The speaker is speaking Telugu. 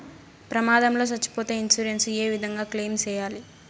ప్రమాదం లో సచ్చిపోతే ఇన్సూరెన్సు ఏ విధంగా క్లెయిమ్ సేయాలి?